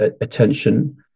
attention